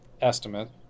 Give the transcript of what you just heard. estimate